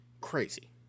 Crazy